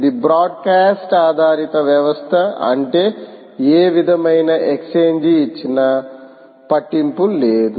ఇది బ్రాడ్కాస్ట్ ఆధారిత వ్యవస్థ అంటే ఏ విధమైన ఎక్స్చేంజి ఇచ్చిన్న పట్టింపు లేదు